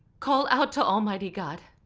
call out to almighty god,